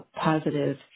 positive